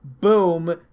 boom